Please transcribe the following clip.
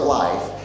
life